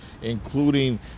including